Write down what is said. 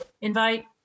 invite